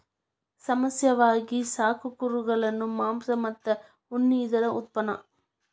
ಸಾಮಾನ್ಯವಾಗಿ ಸಾಕು ಕುರುಗಳು ಮಾಂಸ ಮತ್ತ ಉಣ್ಣಿ ಇದರ ಉತ್ಪನ್ನಾ